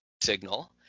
Signal